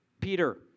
Peter